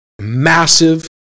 massive